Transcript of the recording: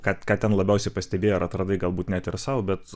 ką ką ten labiausiai pastebėjai ar atradai galbūt net ir sau bet